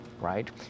right